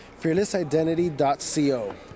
Fearlessidentity.co